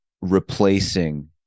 replacing